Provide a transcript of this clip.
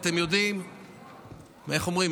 איך אומרים?